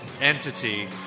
entity